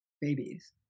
babies